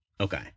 Okay